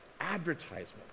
advertisement